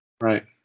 Right